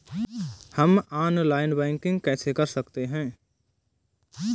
हम online banking कैसे कर सकते हैं?